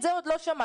את זה עוד לא שמעתי.